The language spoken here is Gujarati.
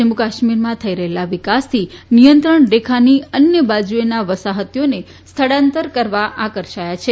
જમ્મુકાશ્મીરમાં થઈ રહેલા વિકાસથી નિયંત્રણ રેખાની અન્ય બાજુએના વસાહતીઓને સ્થળાંતર કરવા આકર્ષાયા છે